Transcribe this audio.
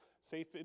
safe